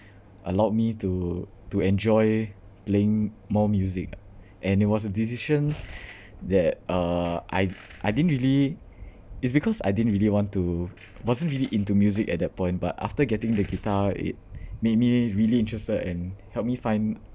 allowed me to to enjoy playing more music and it was a decision that uh I I didn't really it's because I didn't really want to wasn't really into music at that point but after getting the guitar it made me really interested and helped me find